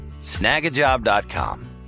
Snagajob.com